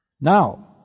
Now